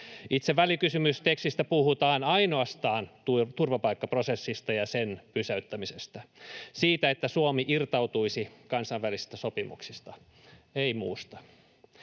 Itse välikysymystekstissä puhutaan ainoastaan turvapaikkaprosessista ja sen pysäyttämisestä, siitä, että Suomi irtautuisi kansainvälisistä sopimuksista, ei muusta.